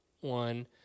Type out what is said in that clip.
one